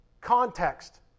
context